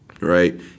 Right